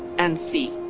and see.